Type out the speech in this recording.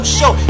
show